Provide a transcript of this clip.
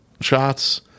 shots